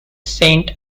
saint